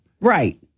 Right